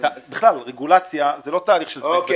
בכלל, רגולציה זה לא תהליך של זבנג וגמרנו,